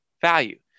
value